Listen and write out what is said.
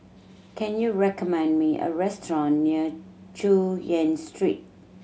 can you recommend me a restaurant near Chu Yen Street